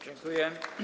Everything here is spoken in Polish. Dziękuję.